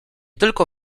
tylko